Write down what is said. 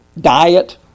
diet